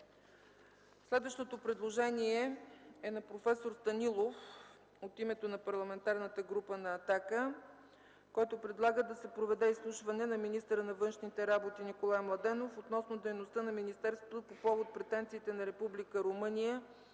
Следващото предложение е на проф. Станилов от името на Парламентарната група на „Атака”. Той предлага да се проведе изслушване на министъра на външните работи Николай Младенов относно дейността на министерството по повод претенциите на Република